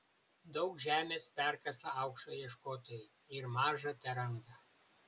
daug žemės perkasa aukso ieškotojai ir maža teranda